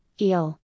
Eel